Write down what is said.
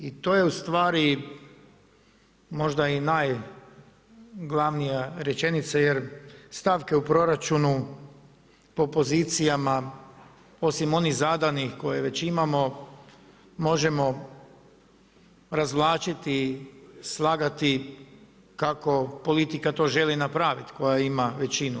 I to je možda i najglavnija rečenica jer stavke u proračunu po pozicijama osim onih zadanih koje već imamo možemo razvlačiti, slagati kako politika to želi napraviti koja ima većinu.